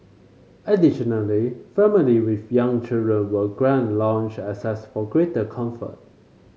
additionally family with young children were grant lounge access for greater comfort